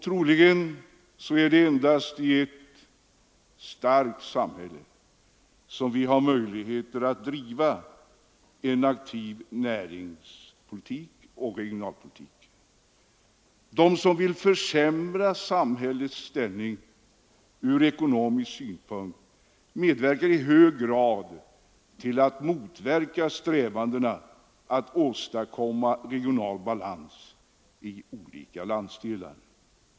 Troligen är det endast i ett starkt samhälle som vi har möjligheter att driva en aktiv näringsoch regionalpolitik. De som nu ekonomiskt vill försämra samhällets ställning medverkar i hög grad till att motverka strävandena att åstadkomma regional balans i olika landsdelar.